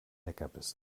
leckerbissen